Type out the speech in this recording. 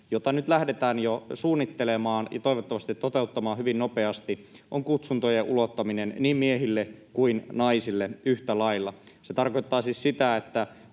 jota nyt lähdetään jo suunnittelemaan ja toivottavasti toteuttamaan hyvin nopeasti, on kutsuntojen ulottaminen niin miehille kuin naisille yhtä lailla. Se tarkoittaa siis sitä, että